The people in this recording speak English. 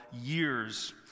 years